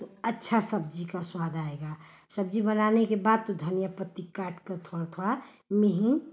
तो अच्छा सब्ज़ी का स्वाद आएगा सब्ज़ी बनाने के बाद तो धनिया पत्ती काटकर थोड़ा थोड़ा महीन